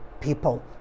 people